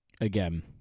Again